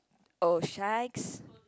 oh shikes